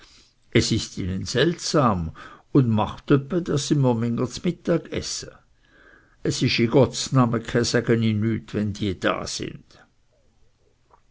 es ist ihnen seltsam und macht öppe daß si mr minger zmittag esse es isch i gottsname ke sege i nüt wenn die da sy